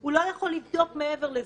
הוא לא יכול לבדוק מעבר לזה.